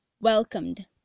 welcomed